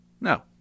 No